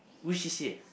which C_C_A